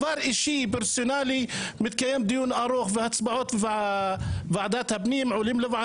לאפשר ליושב-ראש הוועדה הקרואה להתמודד או לא